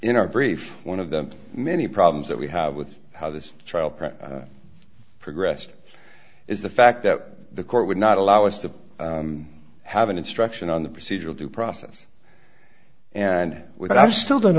brief one of the many problems that we have with how this trial progressed is the fact that the court would not allow us to have an instruction on the procedural due process and what i still don't